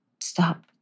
stop